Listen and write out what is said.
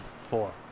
Four